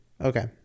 Okay